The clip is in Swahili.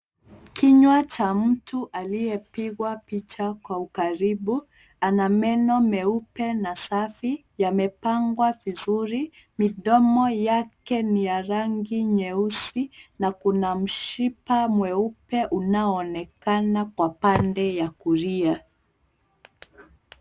Kinywa cha mtu alliyepigwa picha kwa ukaribu ana meno meupe na safi, yamepangwa vizuri. Midomo yake ni ya rangi nyeusi na kuna mshipa mweupe unaoonekana kwa pande wa kulia.